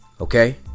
Okay